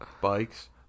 Bikes